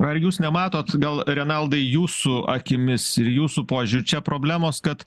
ar jūs nematot gal renaldai jūsų akimis ir jūsų požiūriu čia problemos kad